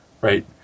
right